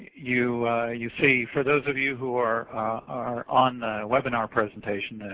you you see, for those of you who are are on webinar presentation,